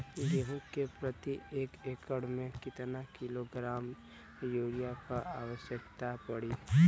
गेहूँ के प्रति एक एकड़ में कितना किलोग्राम युरिया क आवश्यकता पड़ी?